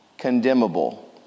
Condemnable